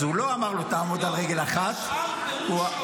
אז הוא לא אמר לו: תעמוד על רגל אחת --- נכון,